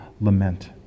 lament